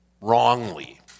wrongly